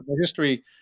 history